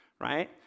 right